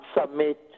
submit